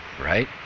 right